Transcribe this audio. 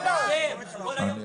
מאחר וזו הטבה כלכלית,